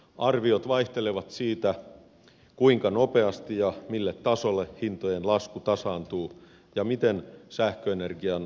arviot vaihtelevat siitä kuinka nopeasti ja mille tasolle hintojen lasku tasaantuu ja miten sähköenergian varastointitekniikka kehittyy